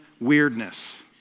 weirdness